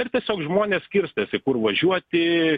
ir tiesiog žmonės skirstosi kur važiuoti